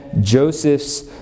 Joseph's